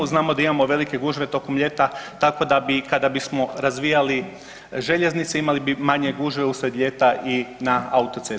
Znamo da imamo velike gužve tokom ljeta tako da bi kada bismo razvijali željeznice imali bi manje gužve usred ljeta i na autocestama.